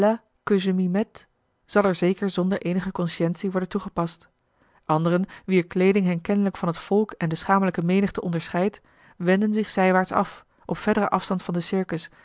zal er zeker zonder eenige conscientie worden toegepast anderen wier kleeding hen kennelijk van het volk en de schamele menigte onderscheidt wenden zich zijwaarts af op verderen afstand van den circus